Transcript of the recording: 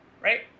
right